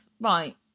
Right